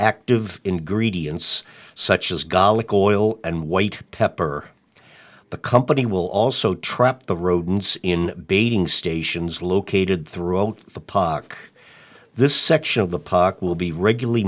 active ingredients such as golic oil and white pepper the company will also trap the rodents in baiting stations located throughout the poc this section of the poc will be regularly